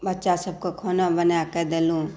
बच्चा सभकेँ खाना बनाके देलहुँ